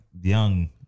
young